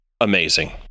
amazing